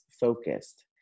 focused